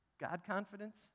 God-confidence